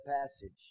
passage